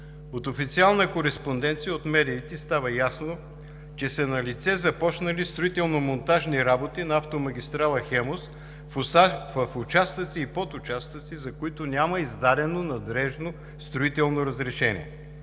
От официална кореспонденция от медиите става ясно, че са налице започнали строително-монтажни работи на автомагистрала „Хемус“ в участъци и подучастъци, за които няма издадено надлежно строително разрешение.